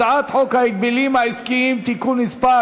הצעת חוק ההגבלים העסקיים (תיקון מס'